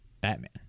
Batman